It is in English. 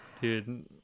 dude